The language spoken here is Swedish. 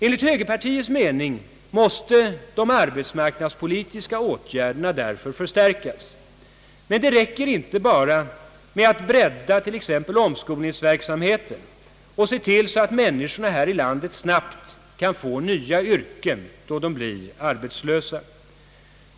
Enligt högerpartiets mening måste de arbetsmarknadspolitiska åtgärderna förstärkas. Men det räcker inte bara med att bredda omskolningsverksamheten och se till så att människorna här i landet snabbt kan ges nya yrken då de blir arbetslösa.